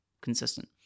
consistent